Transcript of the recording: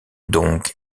donc